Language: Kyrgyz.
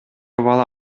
бала